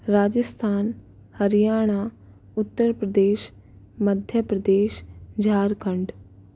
Rajasthan Haryana Uttar Pradesh Madhya Pradesh Jharkhand